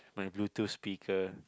my bluetooth speaker